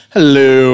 Hello